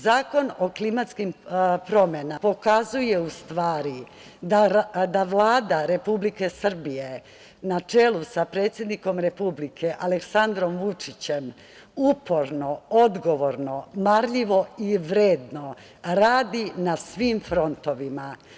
Zakon o klimatskim promenama pokazuje u stvari da Vlada Republike Srbije na čelu sa predsednikom Republike Aleksandrom Vučićem uporno, odgovorno, marljivo i vredno radi na svim frontovima.